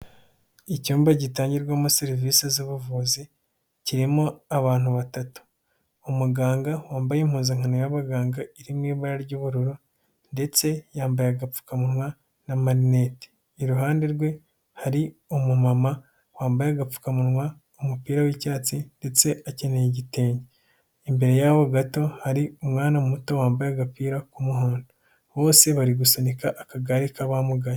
Icyumba gitangirwamo serivisi z'ubuvuzi, kirimo abantu batatu; umuganga wambaye impuzankano y'abaganga iri mu ibara ry'ubururu, ndetse yambaye agapfukamunwa n'amarinete, iruhande rwe hari umumama wambaye agapfukamunwa umupira w'icyatsi, ndetse akeneye igitenge, imbere yaho gato hari umwana muto wambaye agapira k'umuhondo bose bari gusunika akagare k'abamugaye.